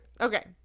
Okay